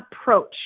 approach